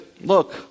Look